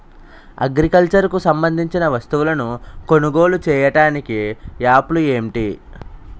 Agriculture కు సంబందించిన వస్తువులను కొనుగోలు చేయటానికి యాప్లు ఏంటి?